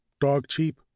Dog-cheap